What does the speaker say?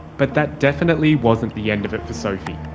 but that definitely wasn't the end of it for sophie.